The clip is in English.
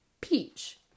Peach